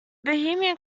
bohemian